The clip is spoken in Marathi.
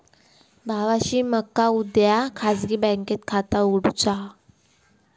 भावाशी मका उद्या खाजगी बँकेत खाता उघडुचा हा